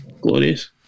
Glorious